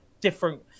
different